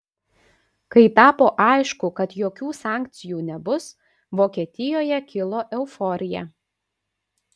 kai tapo aišku kad jokių sankcijų nebus vokietijoje kilo euforija